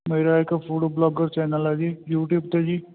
ਮੇਰਾ ਇੱਕ food vlogger channel ਹੈ ਜੀ ਯੂਟਿਊਬ 'ਤੇ ਜੀ